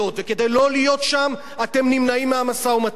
וכדי לא להיות שם אתם נמנעים מהמשא-ומתן.